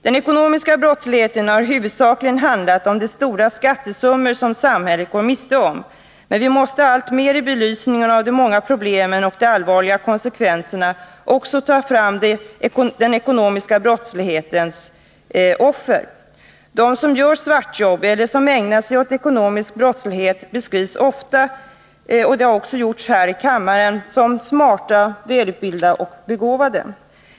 Den ekonomiska brottsligheten har huvudsakligen handlat om de stora skattesummor som samhället går miste om, men vi måste alltmer i belysning av de många problemen och de allvarliga konsekvenserna också ta fram den ekonomiska brottslighetens offer. De som gör svartjobb eller som ägnar sig åt ekonomisk brottslighet beskrivs ofta — det har också gjorts här i kammaren — som smarta, välutbildade och begåvade.